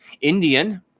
Indian